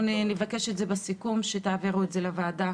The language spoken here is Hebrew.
נבקש את זה בסיכום, שתעבירו את זה לוועדה